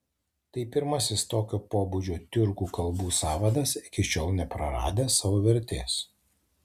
tai pirmasis tokio pobūdžio tiurkų kalbų sąvadas iki šiol nepraradęs savo vertės